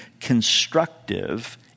constructive